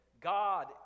God